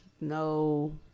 No